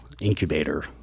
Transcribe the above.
incubator